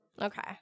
Okay